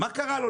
אז מה קרה לו,